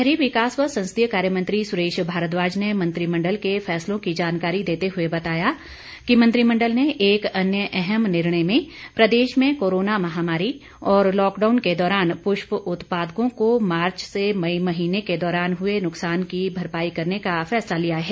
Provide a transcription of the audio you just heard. शहरी विकास व संसदीय कार्यमंत्री सुरेश भारद्वाज ने मंत्रिमण्डल के फैसलों की जानकारी देते हुए बताया कि मंत्रिमण्डल ने एक अन्य अहम निर्णय में प्रदेश में कोरोना महामारी और लॉकडाउन के दौरान पुष्प उत्पादकों को मार्च से मई महीने के दौरान हुए नुकसान की भरपाई करने का फैसला लिया है